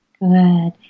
good